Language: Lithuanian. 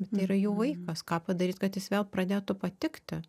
bet tai yra jų vaikas ką padaryt kad jis vėl pradėtų patikti